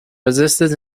resistors